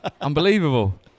Unbelievable